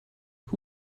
who